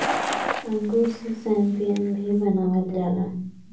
अंगूर से शैम्पेन भी बनावल जाला